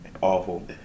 awful